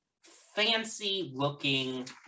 fancy-looking